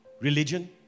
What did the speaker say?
Religion